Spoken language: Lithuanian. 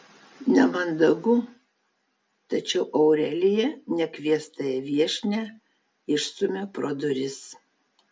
nemandagu tačiau aurelija nekviestąją viešnią išstumia pro duris